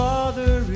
Father